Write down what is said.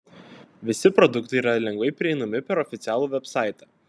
visi produktai yra lengvai prieinami per oficialų vebsaitą